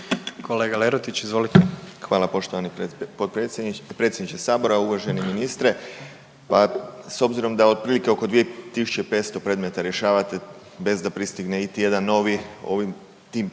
Hvala poštovani potpredsjedniče, predsjedniče sabora. Uvaženi ministre, s obzirom da otprilike oko 2.500 predmeta rješavate bez da pristigne iti jedan novi ovim, tom brzinom